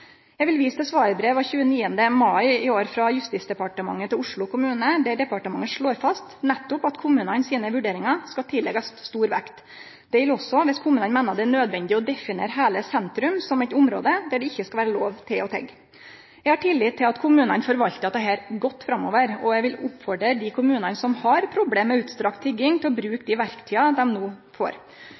Eg vil vise til svarbrev av 29. mai i år frå Justisdepartementet til Oslo kommune, der departementet slår fast at ein skal leggje stor vekt på kommunane sine vurderingar. Det gjeld òg dersom kommunane meiner det er nødvendig å definere heile sentrum som eit område der det ikkje skal vere lov å tigge. Eg har tillit til at kommunane forvaltar dette godt framover, og eg vil oppfordre dei kommunane som har problem med utstrekt tigging, til å bruke dei verktøya dei no får.